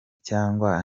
cyangwa